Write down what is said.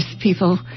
people